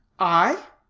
i